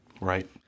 Right